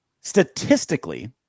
statistically